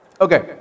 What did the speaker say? Okay